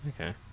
Okay